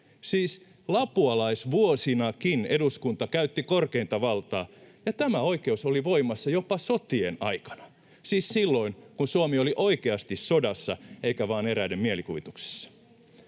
Siis lapualaisvuosinakin eduskunta käytti korkeinta valtaa, ja tämä oikeus oli voimassa jopa sotien aikana — siis silloin, kun Suomi oli oikeasti sodassa eikä vain eräiden mielikuvituksessa.